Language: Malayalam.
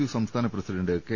യു സംസ്ഥാന പ്രസിഡന്റ് കെ